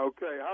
Okay